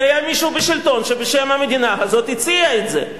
כי היה מישהו בשלטון שבשם המדינה הזאת הציע את זה,